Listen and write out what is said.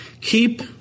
Keep